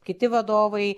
kiti vadovai